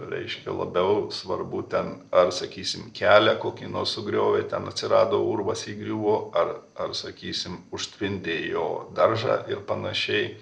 reiškia labiau svarbu ten ar sakysim kelia kokį nors sugriovė ten atsirado urvas įgriuvo ar ar sakysim užtvindė jo daržą ir panašiai